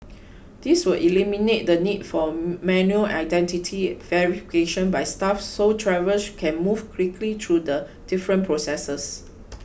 this will eliminate the need for manual identity verification by staff so travellers can move quickly through the different processes